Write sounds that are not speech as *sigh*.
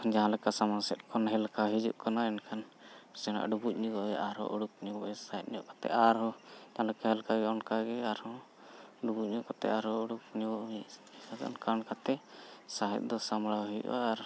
ᱡᱟᱦᱟᱸ ᱞᱮᱠᱟ ᱥᱟᱢᱟᱝ ᱥᱮᱫ ᱠᱷᱚᱱ ᱦᱮᱞᱠᱟᱣ ᱦᱤᱡᱩᱜ ᱠᱟᱱᱟ ᱮᱱᱠᱷᱟᱱ ᱱᱟᱥᱮᱱᱟᱜ ᱰᱩᱵᱩᱜ ᱧᱚᱜᱼᱚ ᱦᱩᱭᱩᱜᱼᱟ ᱟᱨᱦᱚᱸ ᱩᱰᱩᱠ ᱧᱚᱜᱼᱚ ᱦᱩᱭᱩᱜᱼᱟ ᱥᱟᱦᱮᱫ ᱧᱚᱜ ᱠᱟᱛᱮ ᱟᱨᱦᱚᱸ ᱡᱟᱦᱟᱸ ᱞᱮᱠᱟ ᱦᱮᱞᱠᱟᱜᱼᱟ ᱚᱱᱠᱟᱜᱮ ᱟᱨᱦᱚᱸ ᱰᱩᱵᱩᱜ ᱧᱚᱜ ᱠᱟᱛᱮᱫ ᱟᱨᱦᱚᱸ ᱩᱰᱩᱠ ᱧᱚᱜᱼᱚ *unintelligible* ᱚᱱᱠᱟ ᱚᱱᱠᱟ ᱛᱮ ᱥᱟᱦᱮᱫ ᱫᱚ ᱥᱟᱢᱵᱲᱟᱣ ᱦᱩᱭᱩᱜᱼᱟ ᱟᱨ